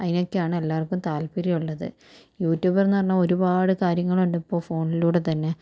അതിനൊക്കെയാണ് എല്ലാവർക്കും താല്പര്യമുള്ളത് യുട്യൂബറെന്നു പറഞ്ഞാൽ ഒരുപാട് കാര്യങ്ങളുണ്ട് ഇപ്പോൾ ഫോണിലൂടെ തന്നെ